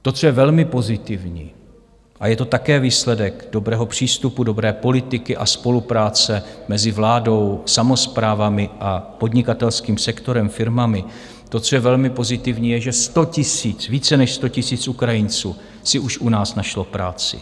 To, co je velmi pozitivní, a je to také výsledek dobrého přístupu, dobré politiky a spolupráce mezi vládou, samosprávami a podnikatelským sektorem, firmami, to, co je velmi pozitivní, je, že 100 000, více než 100 000 Ukrajinců si už u nás našlo práci.